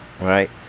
Right